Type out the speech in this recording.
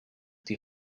die